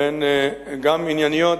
והן גם ענייניות,